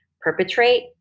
perpetrate